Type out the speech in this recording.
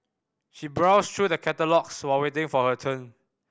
she browsed through the catalogues while waiting for her turn